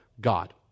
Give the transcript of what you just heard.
God